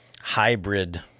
hybrid